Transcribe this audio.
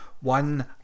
One